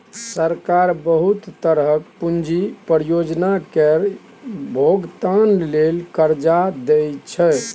सरकार बहुत तरहक पूंजी परियोजना केर भोगतान लेल कर्जा दइ छै